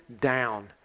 down